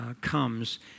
comes